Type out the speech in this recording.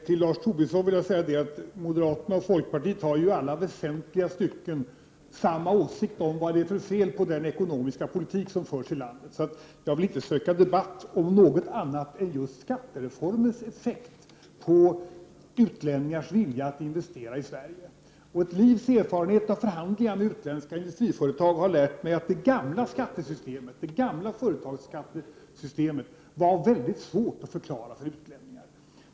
Herr talman! Jag vill till Lars Tobisson säga att moderata samlingspartiet och folkpartiet i alla väsentliga stycken har samma åsikt om vad det är för fel på den ekonomiska politik som förs i landet. Jag vill inte söka debatt om något annat än skattereformens effekt på utlänningars vilja att investera i Sverige. Ett livs erfarenhet av förhandlingar med utländska industriföretag har lärt mig att det gamla skattesystemet, det gamla systemet för företagsbeskattning, var mycket svårt att förklara för utlänningar.